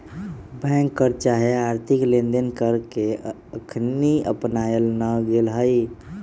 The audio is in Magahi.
बैंक कर चाहे आर्थिक लेनदेन कर के अखनी अपनायल न गेल हइ